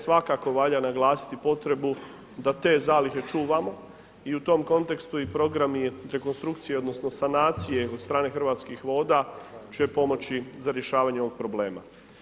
Svakako valja naglasiti potrebu da te zalihe čuvamo i u tom kontekstu i program je rekonstrukcije, odnosno, sanacije od strane Hrvatskih voda, čije pomoći za rješavanje ovog problema.